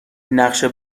نقشه